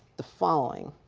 the following.